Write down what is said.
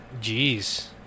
Jeez